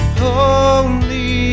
holy